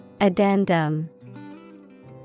Addendum